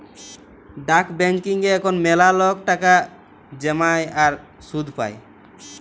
ডাক ব্যাংকিংয়ে এখল ম্যালা লক টাকা জ্যমায় আর সুদ পায়